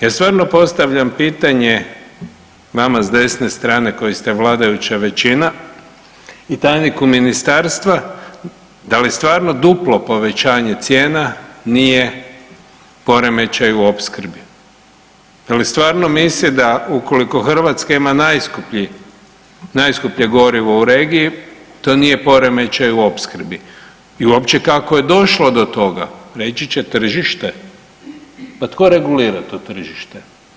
Ja stvarno postavljam pitanje vama s desne strane koji ste vladajuća većina i tajniku ministarstva, da li stvarno duplo povećanje cijena nije poremećaj u opskrbi, je li stvarno misle da ukoliko Hrvatska ima najskuplje gorivo u regiji to nije poremećaj u opskrbi i uopće kako je došlo do toga, reći će tržište, pa tko regulira to tržište?